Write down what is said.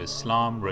Islam